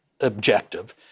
objective